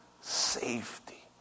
safety